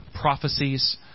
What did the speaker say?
prophecies